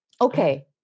Okay